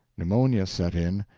pneumonia set in,